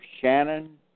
Shannon